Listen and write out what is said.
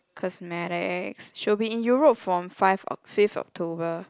cosmetics she'll be in Europe from five oc~ fifth October